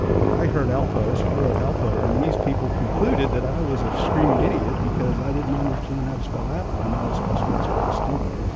but i heard alpo, so i wrote alpo. and these people concluded that i was a screaming idiot because i didn't understand how to spell apple, and i i was supposed to be this great student.